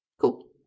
cool